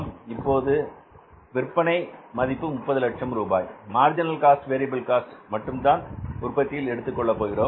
எனவே இப்போது விற்பனை மதிப்பு 30 லட்சம் ரூபாய் மார்ஜினல் காஸ்ட் வேரியபில் காஸ்ட் மட்டும்தான் உற்பத்தியில் எடுத்துக்கொள்கிறோம்